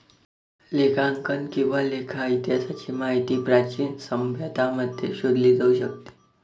लेखांकन किंवा लेखा इतिहासाची माहिती प्राचीन सभ्यतांमध्ये शोधली जाऊ शकते